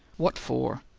what for?